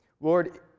Lord